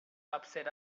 upset